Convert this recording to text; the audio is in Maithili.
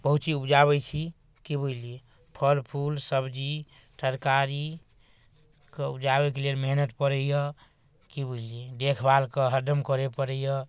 बहुत चीज उपजाबै छी कि बुझलिए फलफूल सब्जी तरकारीके उपजाबैके लेल मेहनति पड़ैए कि बुझलिए देखभालके हरदम करैए पड़ैए